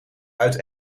uit